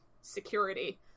security